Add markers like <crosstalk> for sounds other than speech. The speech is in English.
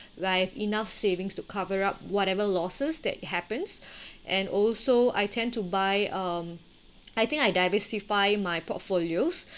like enough savings to cover up whatever losses that happens <breath> and also I tend to buy um I think I diversify my portfolios <breath>